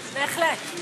בהחלט.